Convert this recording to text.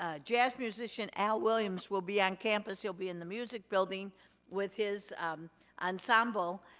ah jazz musician al williams will be on campus. he'll be in the music building with his ensemble,